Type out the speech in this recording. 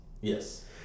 Yes